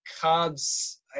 Cubs